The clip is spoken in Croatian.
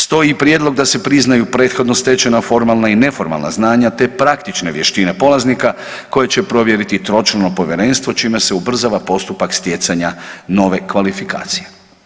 Stoji prijedlog da se priznaju prethodno stečena formalna i neformalna znanja, te praktične vještine polaznika koje će provjeriti tročlano povjerenstvo, čime se ubrzava postupak stjecanja nove kvalifikacije.